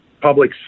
public